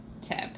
tip